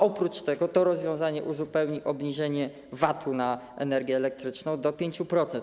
Oprócz tego to rozwiązanie uzupełni obniżenie VAT-u na energię elektryczną do 5%.